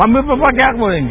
mummy papa क्या बोलेंगे